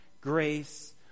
grace